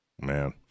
Man